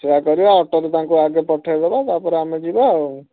ସେଇଆ କରିବା ଅଟୋରେ ତାଙ୍କୁ ଆଗେ ପଠାଇ ଦେବା ତା'ପରେ ଆମେ ଯିବା ଆଉ